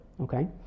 okay